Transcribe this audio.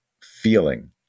feeling